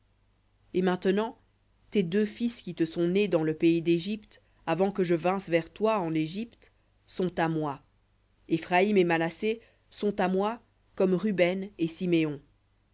et maintenant tes deux fils qui te sont nés dans le pays d'égypte avant que je vinsse vers toi en égypte sont à moi éphraïm et manassé sont à moi comme ruben et siméon